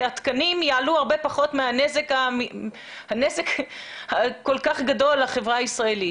שהתקנים יעלו הרבה פחות מהנזק הכול כך גדול לחברה הישראלית.